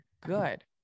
good